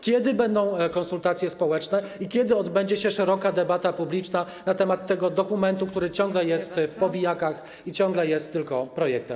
Kiedy będą konsultacje społeczne i kiedy odbędzie się szeroka debata publiczna na temat tego dokumentu, który ciągle jest w powijakach i ciągle jest tylko projektem?